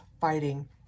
fighting